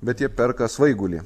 bet jie perka svaigulį